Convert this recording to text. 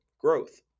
growth